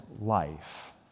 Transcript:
life